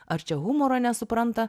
ar čia humoro nesupranta